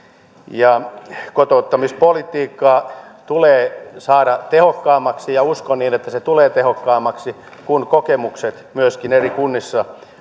ja kotouttamispolitiikkaa tulee saada tehokkaammaksi ja uskon että se tulee tehokkaammaksi kun kokemukset myöskin eri kunnissa